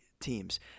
teams